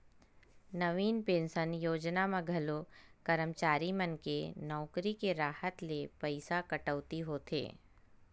नवीन pension योजना म घलो करमचारी मन के नउकरी के राहत ले पइसा कटउती होथे